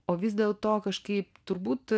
o vis dėlto kažkaip turbūt